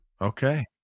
Okay